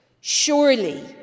Surely